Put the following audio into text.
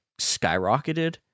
skyrocketed